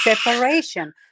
separation